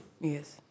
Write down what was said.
Yes